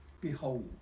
Behold